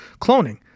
cloning